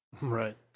right